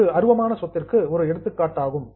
இது அருவமான சொத்திற்கு ஒரு எடுத்துக்காட்டாகும்